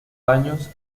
años